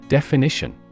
Definition